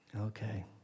Okay